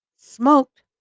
smoked